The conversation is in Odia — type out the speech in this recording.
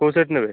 କେଉଁ ସେଟ ନେବେ